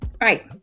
Right